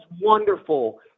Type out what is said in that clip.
wonderful